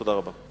תודה רבה.